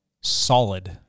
Solid